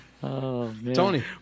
Tony